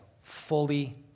fully